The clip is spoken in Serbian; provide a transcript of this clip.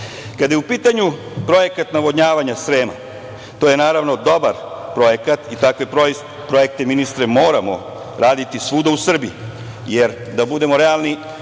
je u pitanju projekat navodnjavanja Srema, to je dobar projekat i takve projekte, ministre, moramo raditi svuda u Srbiji. Jer, da budemo realni,